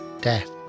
death